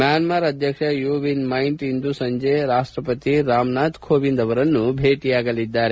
Myanmar ಅಧ್ಯಕ್ಷ U Win Myint ಇಂದು ಸಂಜೆ ರಾಷ್ಟ್ರಪತಿ ರಾಮನಾಥ್ ಕೋವಿಂದ್ ಅವರನ್ನು ಭೇಟಿಯಾಗಲಿದ್ದಾರೆ